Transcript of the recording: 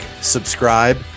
subscribe